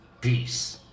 peace